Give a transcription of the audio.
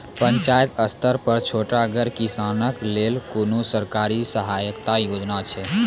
पंचायत स्तर पर छोटगर किसानक लेल कुनू सरकारी सहायता योजना छै?